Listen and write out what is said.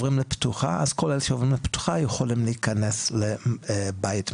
אז כל אלה שעוברים לפתוחה יכולים להיכנס לבית מאזן.